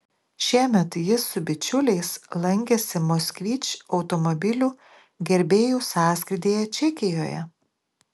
šiemet jis su bičiuliais lankėsi moskvič automobilių gerbėjų sąskrydyje čekijoje